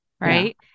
right